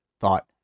thought